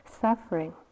suffering